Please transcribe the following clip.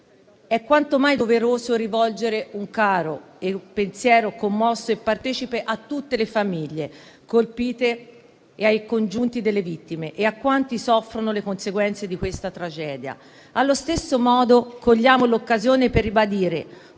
è quanto mai doveroso rivolgere un pensiero commosso e partecipe a tutte le famiglie colpite, ai congiunti delle vittime e a quanti soffrono le conseguenze di questa tragedia. Allo stesso modo, cogliamo l'occasione per ribadire